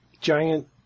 giant